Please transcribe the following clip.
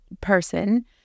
person